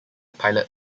pilot